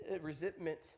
resentment